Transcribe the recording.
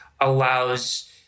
allows